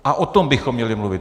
A o tom bychom měli mluvit.